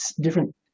different